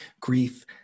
grief